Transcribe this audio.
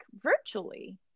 virtually